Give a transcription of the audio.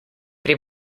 pri